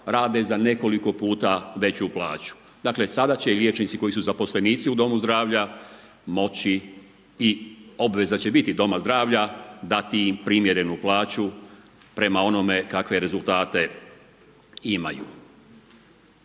rade za nekoliko puta veću plaću. Dakle sada će liječnici koji su zaposlenici u domu zdravlja moći i obveza će biti doma zdravlja dati im primjerenu plaću prema onome kakve rezultate imaju.